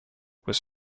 was